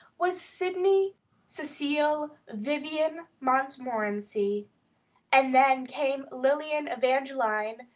was sydney cecil vivian montmorency and then came lilian evangeline,